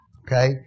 Okay